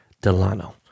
Delano